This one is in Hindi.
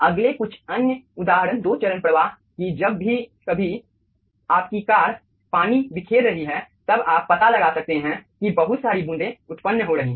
अगले कुछ अन्य उदाहरण दो चरण प्रवाह कि जब कभी आपकी कार पानी बिखेर रही है तब आप पता लगा सकते हैं की बहुत सारी बूंदें उत्पन्न हो रही हैं